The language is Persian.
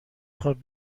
خواب